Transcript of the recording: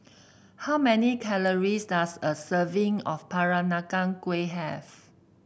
how many calories does a serving of Peranakan Kueh have